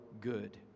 good